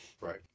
Right